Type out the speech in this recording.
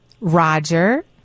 Roger